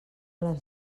les